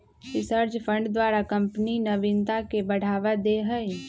research fund द्वारा company नविनता के बढ़ावा दे हइ